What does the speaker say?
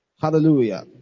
Hallelujah